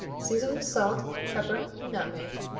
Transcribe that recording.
season with salt, pepper and nutmeg.